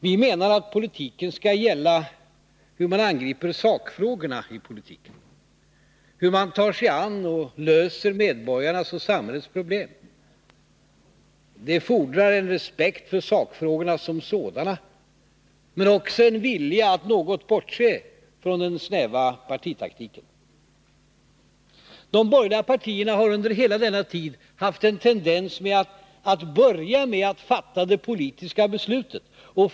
Vi menar att politiken skall gälla hur man angriper sakfrågorna, hur man tar sig an och löser medborgarnas och samhällets problem. Detta fordrar en respekt för sakfrågorna som sådana men också en vilja att något bortse från den snäva partitaktiken. De borgerliga partierna har under hela denna tid haft en tendens att börja med att fatta det politiska beslutet.